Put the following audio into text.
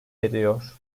ediyor